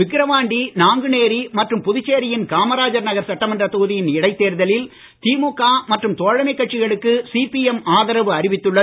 விக்கிரவாண்டி நாங்குநேரி மற்றும் புதுச்சேரியின் காமராஜர் நகர் சட்டமன்றத் தொகுதியின் இடைத் தேர்தலில் திமுக மற்றும் தோழமைக் கட்சிகளுக்கு சிபிஎம் ஆதரவு அறிவித்துள்ளது